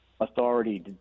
authority